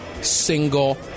single